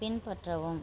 பின்பற்றவும்